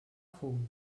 fum